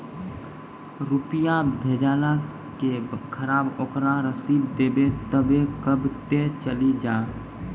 रुपिया भेजाला के खराब ओकरा रसीद देबे तबे कब ते चली जा?